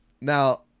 Now